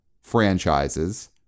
franchises